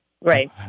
Right